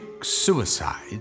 suicide